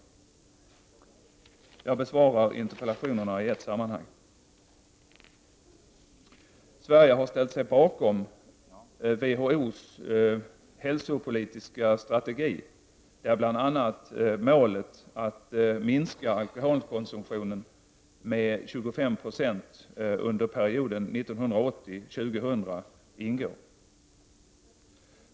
Jag besvarar interpellationerna i ett sammanhang. Sverige har ställt sig bakom WHO:s hälsopolitiska strategi där bl.a. målet att minska alkoholkonsumtionen med 25 26 under perioden 1980-2000 ingår.